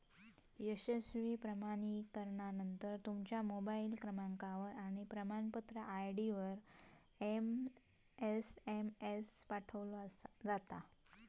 यशस्वी प्रमाणीकरणानंतर, तुमच्या मोबाईल क्रमांकावर आणि प्रमाणपत्र आय.डीवर एसएमएस पाठवलो जाता